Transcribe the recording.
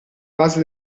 base